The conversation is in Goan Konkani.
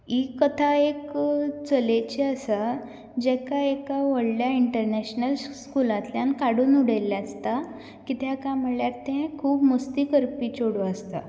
ही कथा एक चलेची आसा जाका एका व्हडल्या इंटनॅशनल स्कुलांतल्यान काडून उडयल्लें आसता कित्याक काय म्हणल्यार तें खूब मस्ती करपी चेडूं आसता